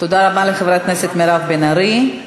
תודה רבה לחברת הכנסת מירב בן ארי.